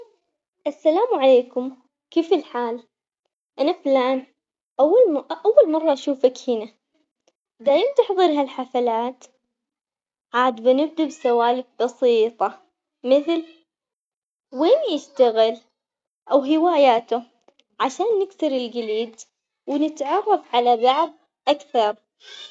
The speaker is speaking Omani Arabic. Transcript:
السلام عليكم، كيف الحال؟ أنا فلان أول م- أول مرة أشوفك هنا دايم تحضر هالحفلات؟ عاد بنبدا بسوالف بسيطة مثل وين يشتغل؟ أو هواياته عشان نكسر الجليد ونتعرف على بعض أكثر.